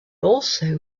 also